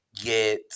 get